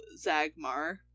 Zagmar